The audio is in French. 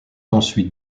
ensuite